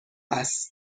است